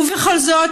ובכל זאת,